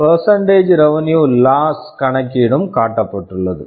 percentage revenue loss percentage revenue loss கணக்கீடும் காட்டப்பட்டுள்ளது